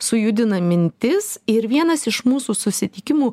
sujudina mintis ir vienas iš mūsų susitikimų